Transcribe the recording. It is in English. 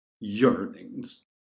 Yearnings